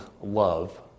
love